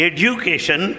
Education